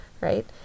right